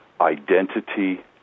identity